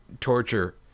torture